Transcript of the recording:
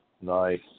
Nice